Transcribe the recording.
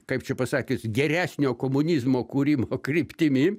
kaip čia pasakius geresnio komunizmo kūrimo kryptimi